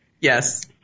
Yes